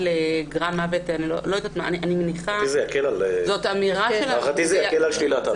לגרם מוות --- להערכתי זה יקל על שלילת האפוטרופסות.